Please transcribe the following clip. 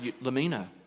Lamina